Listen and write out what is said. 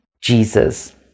Jesus